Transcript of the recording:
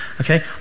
okay